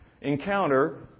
encounter